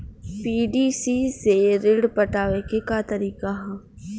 PDC से ऋण पटावे के का तरीका ह?